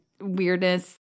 weirdness